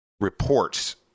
reports